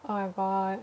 oh my god